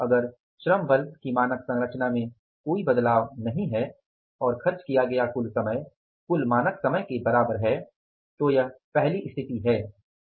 अगर श्रम बल की मानक संरचना में कोई बदलाव नहीं है और खर्च किया गया कुल समय कुल मानक समय के बराबर है तो यह पहली स्थिति है